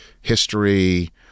history